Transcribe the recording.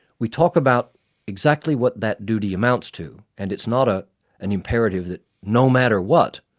we talk about exactly what that duty amounts to. and it's not ah an imperative that no matter what,